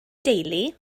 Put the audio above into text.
deulu